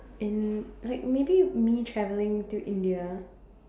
and like maybe me travelling to India